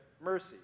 mercy